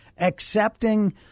accepting